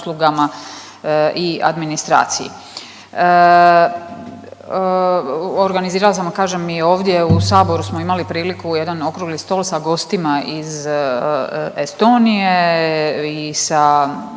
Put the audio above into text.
i administraciji. Organizirala sam, a kažem i ovdje u saboru smo imali priliku jedan okrugli stol sa gostima iz Estonije i sa